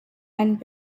and